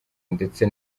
ndetse